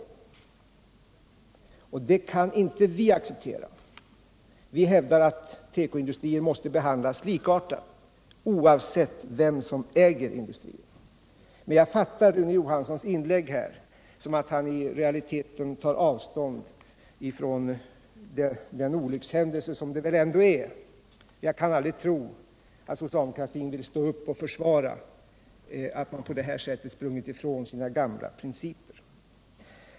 Det kan inte vi acceptera. Vi hävdar att tekoindustrin måste behandlas likartat, oavsett vem som äger industrierna. Men jag fattar Rune Johanssons inlägg här så att han i realiteten tar avstånd från den olyckliga formuleringen i reservationen. Jag kan aldrig tro att socialdemokratin vill stå upp och försvara att man på det här sättet sprungit ifrån sina gamla principer.